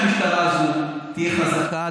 בשביל שהמשטרה הזו תהיה חזקה,